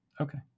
Okay